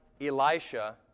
Elisha